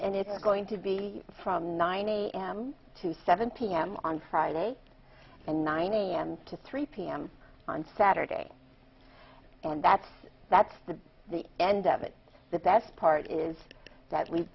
and it are going to be from nine am to seven pm on friday and nine am to three pm on saturday and that's that's the the end of it the best part is that we